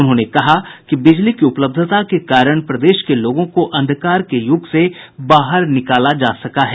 उन्होंने कहा कि बिजली की उपलब्धता के कारण प्रदेश के लोगों को अंधकार के यूग से बाहर निकाला जा सका है